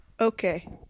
Okay